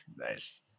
nice